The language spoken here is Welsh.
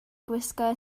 gwisgo